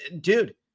Dude